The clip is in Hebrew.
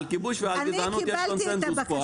על כיבוש וגזענות יש קונצנזוס פה.